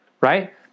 Right